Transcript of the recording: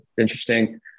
interesting